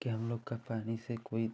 कि हम लोग का पानी से कोई